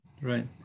Right